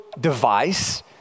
device